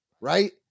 Right